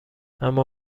اما